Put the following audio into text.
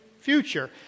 future